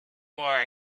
more